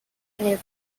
and